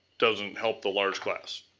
doesn't help the large class.